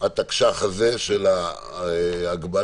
התקש"ח הזה של ההגבלה,